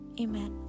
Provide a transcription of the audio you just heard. Amen